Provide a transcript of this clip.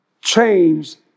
changed